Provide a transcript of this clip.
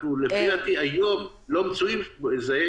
לפי דעתי, היום, אנחנו לא מצויים שם.